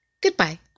Goodbye